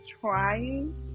trying